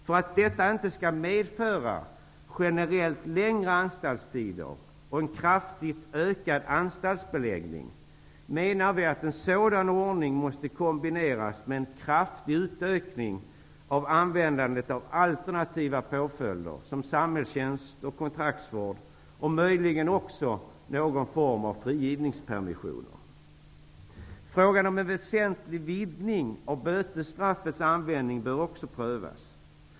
För att detta inte skall medföra generellt längre anstaltstider och en kraftigt ökad anstaltsbeläggning, menar vi att en sådan ordning måste kombineras med en kraftig utökning av användandet av alternativa påföljder, som samhällstjänst och kontraktsvård och möjligen också någon form av frigivningspermission. Frågan om en väsentlig vidgning av bötesstraffets användning bör också prövas.